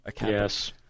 yes